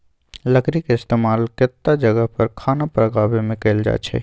लकरी के इस्तेमाल केतता जगह पर खाना पकावे मे कएल जाई छई